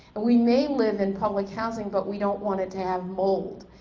and we may live in public housing but we don't want it to have mold,